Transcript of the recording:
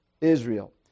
Israel